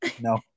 No